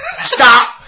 Stop